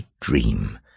dream